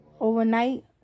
overnight